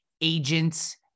agents